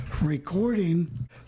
recording